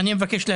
כל אחד דאג לעצמו,